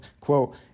quote